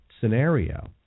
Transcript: scenario